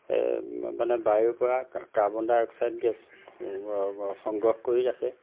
মানে বায়ুৰ পৰা কাৰ্বন ডাই অক্সাইড গেছ সংগ্ৰহ কৰি ৰাখে